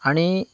आनी